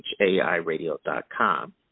hairadio.com